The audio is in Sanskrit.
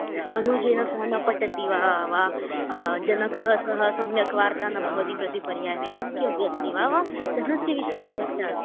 अनुजेन सह न पटति वा वा जनकः सह सम्यक् वार्ता न भवति प्रति पर्याये एवं किमपि अस्ति वा तटस्य विषये समस्या अस्ति